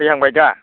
फैहांबाय दा